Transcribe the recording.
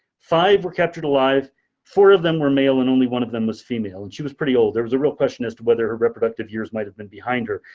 five were captured alive four of them were male, and only one of them was female. and she was pretty old. there was a real question as to whether her reproductive years might have been behind her,